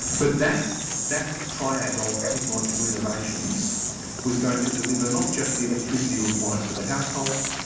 but, that that triad of technological innovations was going to deliver not just the electricity required for the households,